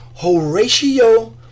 Horatio